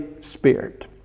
Spirit